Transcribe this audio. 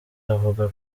avuga